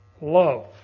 love